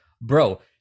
bro